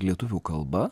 lietuvių kalba